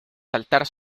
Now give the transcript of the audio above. saltar